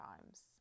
times